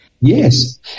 Yes